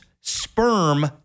sperm